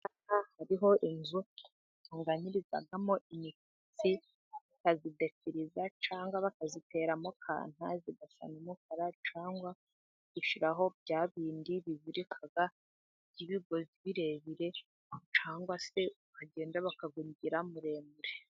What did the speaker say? Hariho inzu batunganyirizamo imisatsi, bakayidefiriza cyangwa bakayiteramo kanta igasa n'umukara, cyangwa bagashyiraho byabindi bimurika by'ibigozibirebire, cyangwa ukagenda bakawugira muremure.